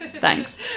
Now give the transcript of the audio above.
thanks